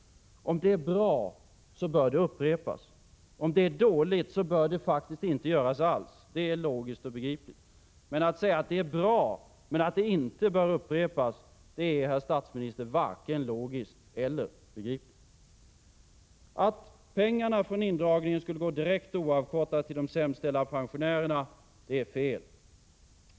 Om det är bra bör det upprepas. Om det är dåligt bör det inte göras alls. Det är logiskt och begripligt. Men att säga att det är bra men att det inte bör upprepas — det är, herr statsminister, varken logiskt eller begripligt. Att pengarna från indragningen skall gå direkt och oavkortat till de sämst ställda pensionärerna är fel.